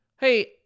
Hey